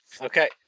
Okay